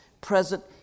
present